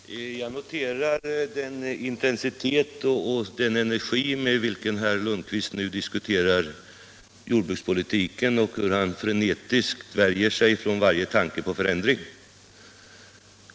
Nr 46 Herr talman! Jag noterar den intensitet och den energi med vilken herr Lundkvist diskuterar jordbrukspolitiken och hur han frenetiskt värjer sig mot varje tanke på förändring.